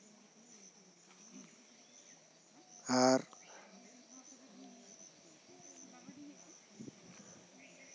ᱟᱨ